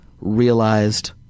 realized